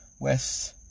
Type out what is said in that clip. west